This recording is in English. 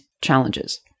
challenges